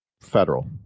federal